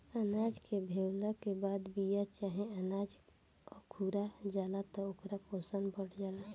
अनाज के भेवला के बाद बिया चाहे अनाज अखुआ जाला त ओकर पोषण बढ़ जाला